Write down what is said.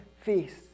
feast